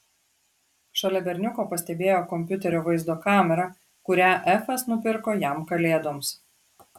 šalia berniuko pastebėjo kompiuterio vaizdo kamerą kurią efas nupirko jam kalėdoms